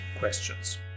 Questions